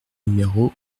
numéro